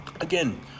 Again